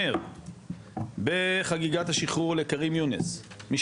אומר בחגיגות השחרור לקרים יונס מי